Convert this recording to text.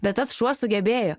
bet tas šuo sugebėjo